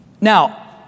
Now